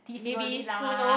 maybe who knows